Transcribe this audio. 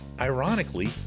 ironically